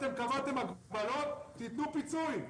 אתם קבעתם הגבלות תתנו פיצוי.